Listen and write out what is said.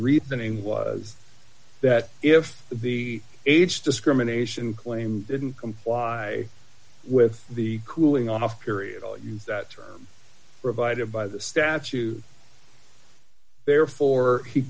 rethinking was that if the age discrimination claim didn't comply with the cooling off period i'll use that term provided by the statute therefore he